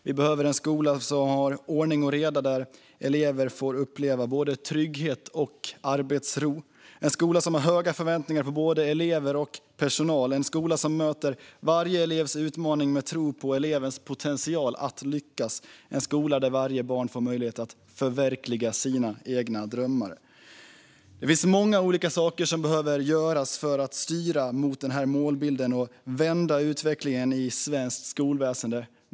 Vi behöver en skola med ordning och reda där elever får uppleva trygghet och arbetsro, en skola som har höga förväntningar på både elever och personal, en skola som möter varje elevs utmaningar med tro på elevens potential att lyckas och en skola där varje barn får möjlighet att förverkliga sina egna drömmar. Det finns många olika saker som behöver göras för att styra mot den här målbilden och vända utvecklingen i svenskt skolväsen.